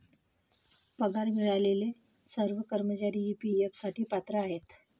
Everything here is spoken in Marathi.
पगार मिळालेले सर्व कर्मचारी ई.पी.एफ साठी पात्र आहेत